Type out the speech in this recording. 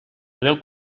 podeu